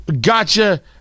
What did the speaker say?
Gotcha